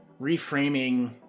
reframing